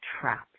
trapped